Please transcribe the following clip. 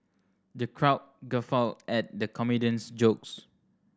the crowd guffawed at the comedian's jokes